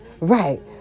Right